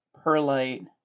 perlite